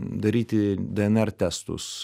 daryti dnr testus